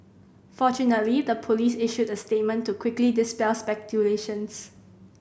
fortunately the police issued a statement to quickly dispel speculations